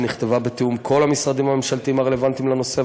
ונכתבה בתיאום עם כל המשרדים הממשלתיים הרלוונטיים לנושא,